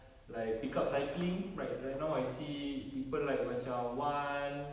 like pick up cycling right right now I see people like macam wan